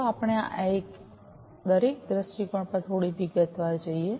ચાલો આપણે આ દરેક દૃષ્ટિકોણ પર થોડી વધુ વિગતવાર જોઈએ